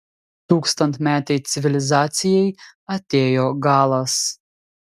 tūkstantmetei civilizacijai atėjo galas